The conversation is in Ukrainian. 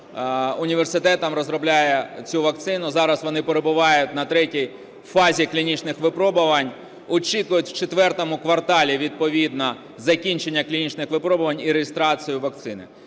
університетом розробляє цю вакцину. Зараз вони перебувають на третій фазі клінічних випробувань, очікують у IV кварталі відповідно закінчення клінічних випробувань і реєстрацію вакцини.